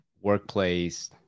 workplace